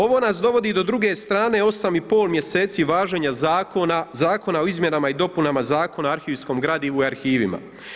Ovo nas dovodi do druge strane osam i pol mjeseci važenja Zakona o izmjenama i dopunama Zakona o arhivskom gradivu i arhivima.